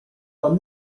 tan